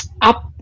up